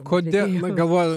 kodėl galvojo